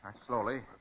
Slowly